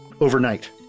Overnight